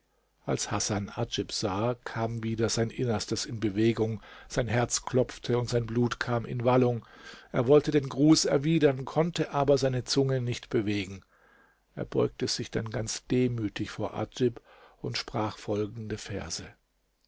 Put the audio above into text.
als hasan adjib sah kam wieder sein innerstes in bewegung sein herz klopfte und sein blut kam in wallung er wollte den gruß erwidern konnte aber seine zunge nicht bewegen er beugte sich dann ganz demütig vor adjib und sprach folgende verse